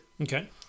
Okay